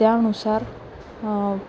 त्यानुसार